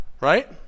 Right